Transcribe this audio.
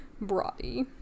Brody